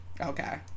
okay